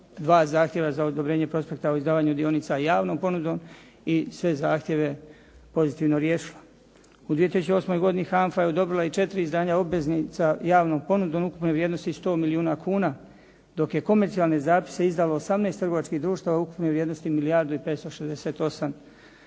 dva zahtjeva za odobrenje prospekta o izdavanju dionica javnom ponudom i sve zahtjeve pozitivno riješila. U 2008. godini HANFA je odobrila 4 izdanja obveznica javnom ponudom u ukupnoj vrijednosti 100 milijuna kuna, dok je komercijalne zapise izdalo 18 trgovačkih društava u ukupnoj vrijednosti milijardu